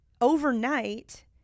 overnight